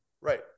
Right